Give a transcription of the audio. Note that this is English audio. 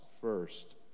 first